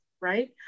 right